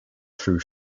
true